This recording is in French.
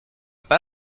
pas